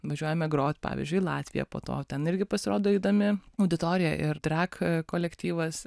važiuojame grot pavyzdžiui į latviją po to ten irgi pasirodo įdomi auditorija ir track kolektyvas